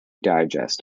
digest